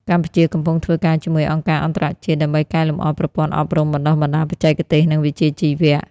កម្ពុជាកំពុងធ្វើការជាមួយអង្គការអន្តរជាតិដើម្បីកែលម្អប្រព័ន្ធអប់រំបណ្ដុះបណ្ដាលបច្ចេកទេស និងវិជ្ជាជីវៈ។